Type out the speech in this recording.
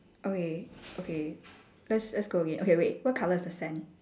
okay okay let's let's go again okay wait what colour is the sand